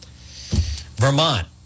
Vermont